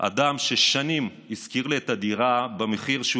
אדם ששנים השכיר לי את הדירה במחיר שהוא